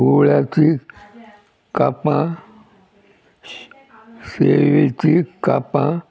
कुवळ्याची कापां शे शेवेची कापां